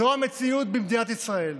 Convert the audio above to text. זאת המציאות במדינת ישראל.